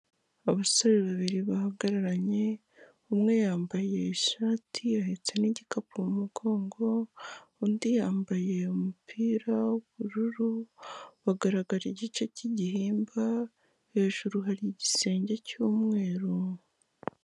Abasore babiri bahagararanye, umwe yambaye ishati ahetse n'igikapu mu mugongo, undi yambaye umupira w'ubururu, bagaragara igice k'igihimba hejuru hari igisenge cy'umweru.